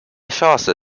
chance